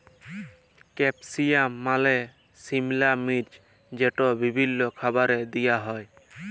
capsicum মালে সিমলা মির্চ যেট বিভিল্ল্য খাবারে দিঁয়া হ্যয়